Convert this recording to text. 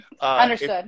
Understood